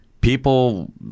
People